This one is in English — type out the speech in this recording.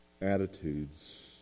attitudes